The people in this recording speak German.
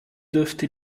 dürfte